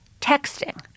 texting